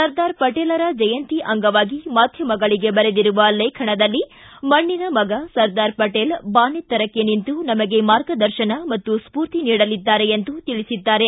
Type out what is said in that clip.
ಸರ್ದಾರ್ ಪಟೇಲ್ರ ಜಯಂತಿ ಅಂಗವಾಗಿ ಮಾಧ್ಯಮಗಳಿಗೆ ಬರೆದಿರುವ ಲೇಖನದಲ್ಲಿ ಮಣ್ಣಿನ ಮಗ ಸರ್ದಾರ್ ಪಟೇಲ್ ಬಾನೆತ್ತರಕ್ಕೆ ನಿಂತು ನಮಗೆ ಮಾರ್ಗದರ್ಶನ ಹಾಗೂ ಸ್ಫೂರ್ತಿ ನೀಡುತ್ತಿದ್ದಾರೆ ಎಂದು ತಿಳಿಸಿದ್ದಾರೆ